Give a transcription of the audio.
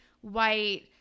white